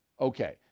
Okay